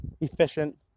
efficient